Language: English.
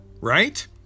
right